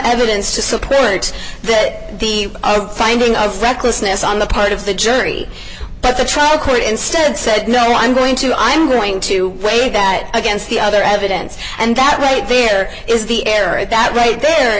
evidence to support that the finding of recklessness on the part of the jury but the trial court instead said no i'm going to i'm going to weigh that against the other evidence and that weight fear is the area that right there